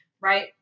Right